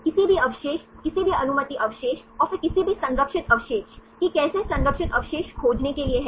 किसी भी अवशेष किसी भी अनुमति अवशेष और फिर किसी भी संरक्षित अवशेष कि कैसे संरक्षित अवशेष खोजने के लिए है